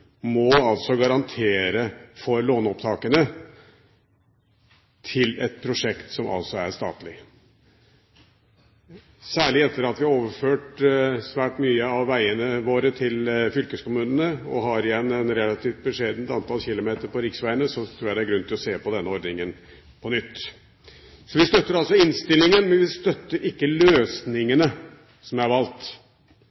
må garantere for låneopptakene til et prosjekt som er statlig. Særlig etter at vi har overført svært mye av veiene våre til fylkeskommunene og har igjen et relativt beskjedent antall kilometer av riksveiene, tror jeg det er grunn til å se på denne ordningen på nytt. Vi støtter altså innstillingen, men vi støtter ikke